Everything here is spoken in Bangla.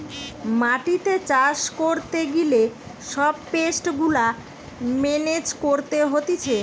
মাটিতে চাষ করতে গিলে সব পেস্ট গুলা মেনেজ করতে হতিছে